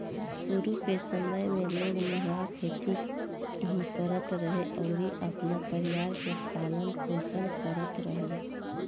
शुरू के समय में लोग निर्वाह खेती ही करत रहे अउरी अपना परिवार के पालन पोषण करत रहले